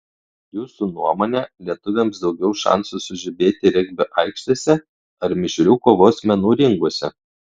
jūsų nuomone lietuviams daugiau šansų sužibėti regbio aikštėse ar mišrių kovos menų ringuose